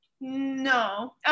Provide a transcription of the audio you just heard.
No